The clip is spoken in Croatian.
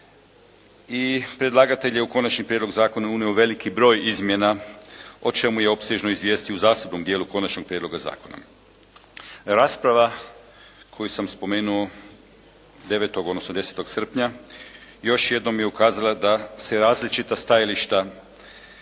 i predlagatelj je u konačni prijedlog zakona unio veliki broj izmjena o čemu je opsežno izvijestio u zasebnom dijelu konačnog prijedloga zakona. Rasprava koju sam spomenuo devetog, odnosno desetog srpnja, još jednom je ukazala da se različita stajališta